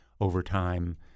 overtime